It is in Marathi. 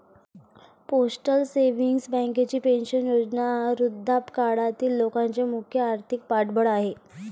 पोस्टल सेव्हिंग्ज बँकेची पेन्शन योजना ही वृद्धापकाळातील लोकांचे मुख्य आर्थिक पाठबळ आहे